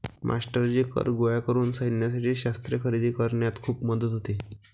मास्टरजी कर गोळा करून सैन्यासाठी शस्त्रे खरेदी करण्यात खूप मदत होते